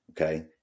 Okay